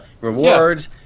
rewards